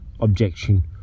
objection